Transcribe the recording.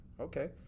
Okay